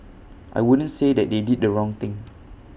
I wouldn't say that they did the wrong thing